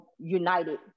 united